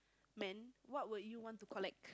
man what will you want to collect